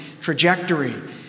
trajectory